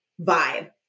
vibe